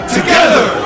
Together